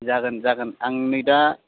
जागोन जागोन आं नै दा